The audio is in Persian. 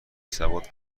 سواد